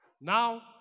Now